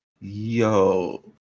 yo